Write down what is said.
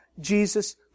Jesus